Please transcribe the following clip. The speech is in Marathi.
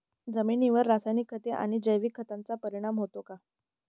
जमिनीवर रासायनिक खते आणि जैविक खतांचा परिणाम होतो का?